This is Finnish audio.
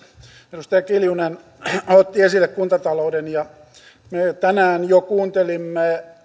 edustaja kiljunen otti esille kuntatalouden me tänään jo kuuntelimme